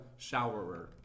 showerer